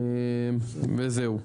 וזהו.